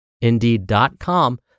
indeed.com